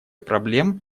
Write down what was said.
проблем